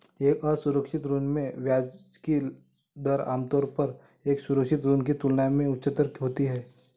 एक असुरक्षित ऋण में ब्याज की दर आमतौर पर एक सुरक्षित ऋण की तुलना में उच्चतर होती है?